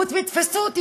חוץ מ"תפסו אותי,